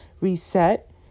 reset